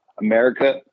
America